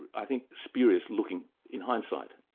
i think, spurious looking in hindsight.